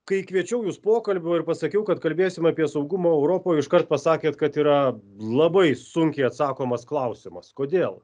kai kviečiau jus pokalbio ir pasakiau kad kalbėsim apie saugumą europoj iškart pasakėt kad yra labai sunkiai atsakomas klausimas kodėl